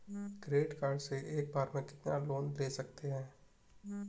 Credit card से एक बार में कितना लोन ले सकते हैं?